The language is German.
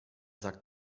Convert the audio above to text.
sagt